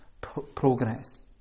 progress